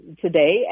today